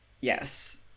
Yes